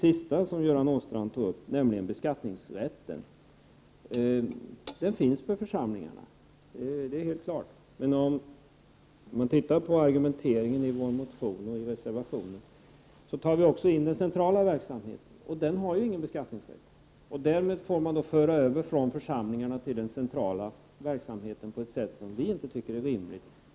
1988/89:76 säga följande. Det är klart att den föreligger för församlingarnas vidkom 8 mars 1989 mande. Om man ser argumenteringen i vår motion och i reservationen finner man emellertid att vi tar med den centrala verksamheten i resonemanget. De centrala organen har ingen beskattningsrätt. Därför för man över medel från församlingarna till den centrala verksamheten på ett sätt som vi inte tycker är rimligt.